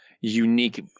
unique